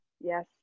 yes